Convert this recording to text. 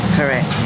correct